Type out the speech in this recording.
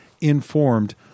informed